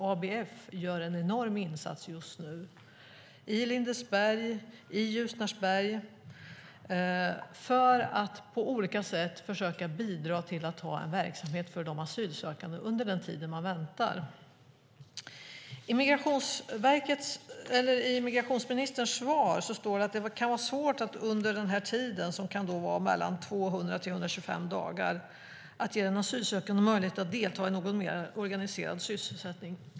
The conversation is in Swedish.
ABF gör just nu en enorm insats i Lindesberg och Ljusnarsberg för att på olika sätt försöka bidra till att ha en verksamhet för de asylsökande under den tid de väntar. I migrationsministerns svar står det att det kan vara svårt att under den här tiden, som kan vara 125-200 dagar, ge den asylsökande möjlighet att delta i någon mer organiserad sysselsättning.